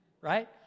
right